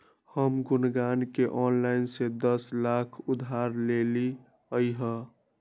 हम गुनगुण के ऑनलाइन से दस लाख उधार देलिअई ह